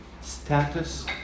status